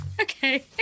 Okay